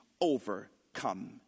overcome